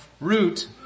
Root